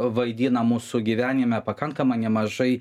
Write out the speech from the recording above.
vaidina mūsų gyvenime pakankamai nemažai